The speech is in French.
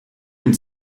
une